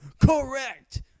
Correct